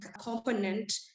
component